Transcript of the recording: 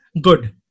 Good